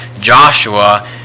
Joshua